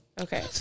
Okay